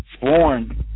born